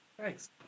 Thanks